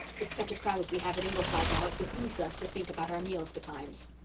with such a crowd as we have at ingleside now it behooves us to think about our meals betimes.